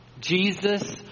Jesus